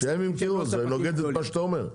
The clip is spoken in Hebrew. שהם ימכרו זה נוגד את מה שאתה אומר.